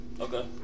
Okay